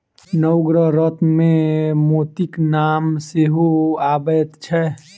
नवग्रह रत्नमे मोतीक नाम सेहो अबैत छै